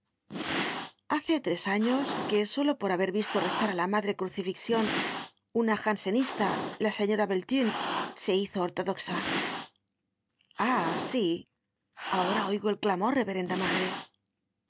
hace tres años que solo por haber visto rezar á la madre crucifixion una jansenista la señora de beltune se hizo ortodoxa ah si ahora oigo el clamor reverenda madre